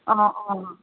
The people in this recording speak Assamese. অঁ অঁ